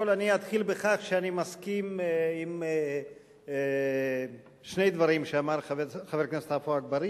עוד אודיעכם כי חבר הכנסת איתן כבל מבקש